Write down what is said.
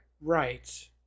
Right